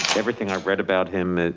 everything i've read about him,